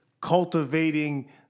cultivating